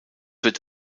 wird